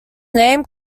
name